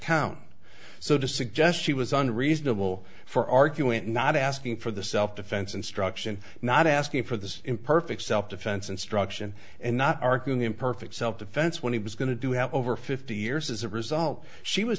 count so to suggest she was unreasonable for argument not asking for the self defense instruction not asking for the imperfect self defense instruction and not arguing imperfect self defense when he was going to do have over fifty years as a result she was